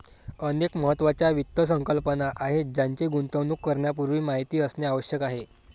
अनेक महत्त्वाच्या वित्त संकल्पना आहेत ज्यांची गुंतवणूक करण्यापूर्वी माहिती असणे आवश्यक आहे